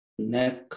Neck